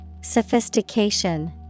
Sophistication